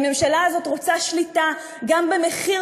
והממשלה הזאת רוצה שליטה גם במחיר